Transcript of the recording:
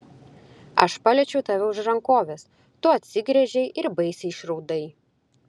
aš paliečiau tave už rankovės tu atsigręžei ir baisiai išraudai